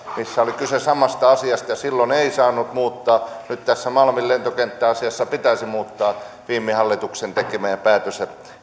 missä oli kyse samasta asiasta ja silloin ei saanut muuttaa nyt tässä malmin lentokenttäasiassa pitäisi muuttaa viime hallituksen tekemä päätös